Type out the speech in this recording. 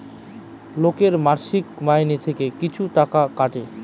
লোকের মাসিক মাইনে থেকে কিছু টাকা কাটে